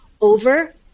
over